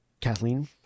Kathleen